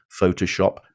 Photoshop